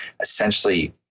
essentially